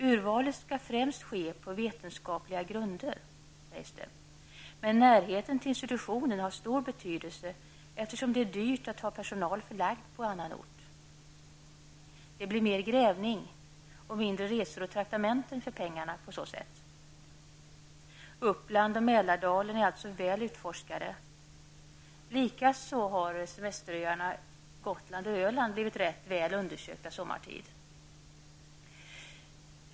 Urvalet skall främst ske på vetenskapliga grunder, sägs det, men närheten till institutionen har stor betydelse, eftersom det är dyrt att ha personal förlagd på annan ort. Det blir mer grävning och mindre resor och traktamenten för pengarna på så sätt. Uppland och Mälardalen är alltså väl utforskade. Likaså har semesteröarna Gotland och Öland blivit rätt väl undersökta sommartid.